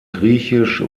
griechisch